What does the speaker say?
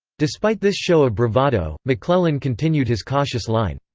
despite this show of bravado, mcclellan continued his cautious line.